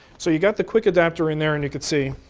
so you've got the quick adapter in there, and you can see